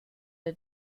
der